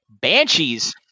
Banshees